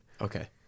okay